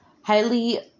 highly